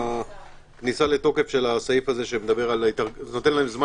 הכניסה לתוקף של הסעיף הזה שנותן להם זמן